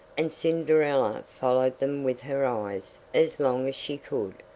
and cinderella followed them with her eyes as long as she could,